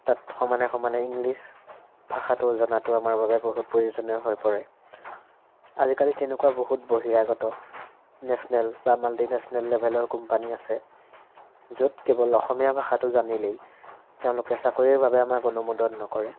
তাত সমানে সমানে ইংলিছ ভাষাটো জনাটো আমাৰ বাবে বহুত প্ৰয়োজনীয় হৈ পৰে আজিকালি তেনেকুৱা বহুত বহিৰাগত নেশ্যনেল বা মাল্টিনেচনেল লেভেলৰ কোম্পানী আছে য'ত কেৱল অসমীয়া ভাষাটো জানিলেই তেওঁলোকে চাকৰিৰ বাবে আমাক অনুমোদন নকৰে